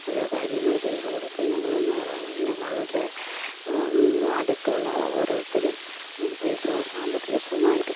ഓരോ കാര്യങ്ങൾ ചെയ്ത് കൊടുത്ത് ഞങ്ങളും ഞങ്ങളുടെ അടുത്തുള്ള ഓരോരുത്തരും പൈസ സാമ്പത്തികമായിട്ട്